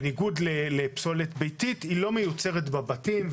פסולת הבנייה לא מיוצרת בבתים.